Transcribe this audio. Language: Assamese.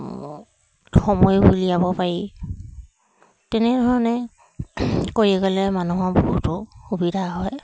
সময় উলিয়াব পাৰি তেনেধৰণে কৰি গ'লে মানুহৰ বহুতো সুবিধা হয়